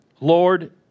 Lord